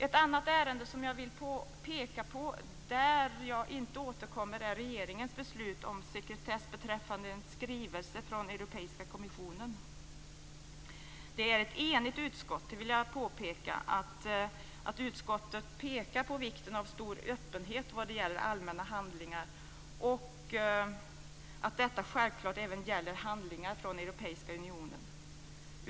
Ett annat ärende som jag vill peka på där jag inte återkommer är regeringens beslut om sekretess beträffande en skrivelse från Europeiska kommissionen. Det är ett enigt utskott som pekar på vikten av stor öppenhet vad gäller allmänna handlingar och att detta självklart även gäller handlingar från Europeiska unionen.